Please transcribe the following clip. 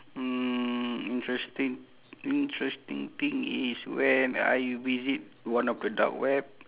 hmm interesting interesting thing is when I visit one of the dark web